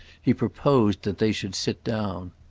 he proposed that they should sit down.